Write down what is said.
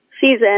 season